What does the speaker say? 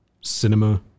cinema